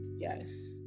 Yes